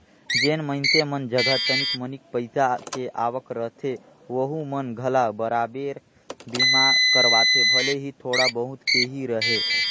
जेन मइनसे मन जघा तनिक मनिक पईसा के आवक रहथे ओहू मन घला बराबेर बीमा करवाथे भले ही थोड़ा बहुत के ही रहें